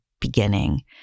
beginning